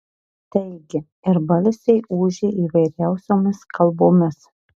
taigi ir balsai ūžė įvairiausiomis kalbomis